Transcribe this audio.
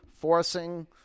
Forcing